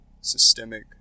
systemic